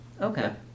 Okay